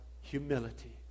humility